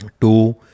Two